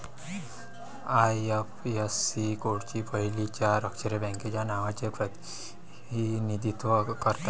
IFSC कोडची पहिली चार अक्षरे बँकेच्या नावाचे प्रतिनिधित्व करतात